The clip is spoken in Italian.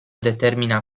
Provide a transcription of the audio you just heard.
determina